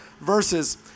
verses